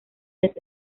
vez